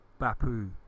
Bapu